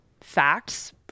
facts